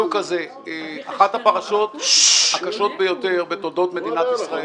אחת הפרשות הקשות ביותר בתולדות מדינת ישראל